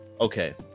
Okay